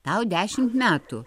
tau dešimt metų